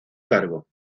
cargo